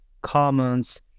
comments